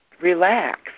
relax